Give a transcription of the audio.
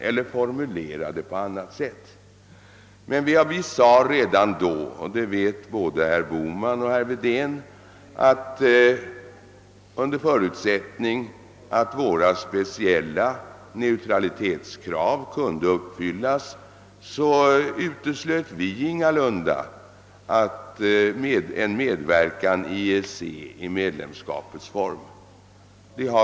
Vi framhöll emellertid redan då — det vet både herr Bohman och herr Wedén -— att vi under förutsättning att våra speciella neutralitetskrav kunde uppfyllas ingalunda uteslöt en medverkan i EEC i medlemskapets form.